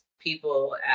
people